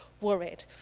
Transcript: worried